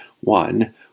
One